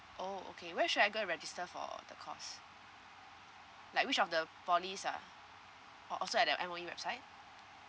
oh okay where should I go and register for the course like which of the poly ah or also at the M_O_E website